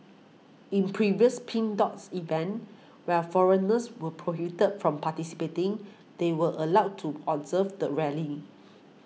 in previous Pink Dot events while foreigners were prohibited from participating they were allowed to observe the rally